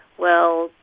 well,